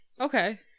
Okay